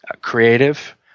creative